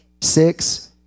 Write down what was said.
Six